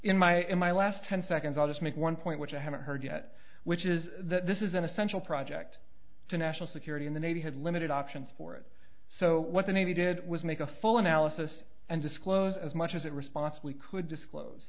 in my in my last ten seconds i'll just make one point which i haven't heard yet which is that this is an essential project to national security in the navy had limited options for it so what the navy did was make a full analysis and disclose as much as it responsibly could disclose